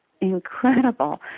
incredible